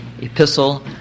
epistle